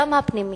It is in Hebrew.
גם הפנימי,